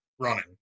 running